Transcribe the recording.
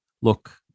look